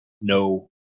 no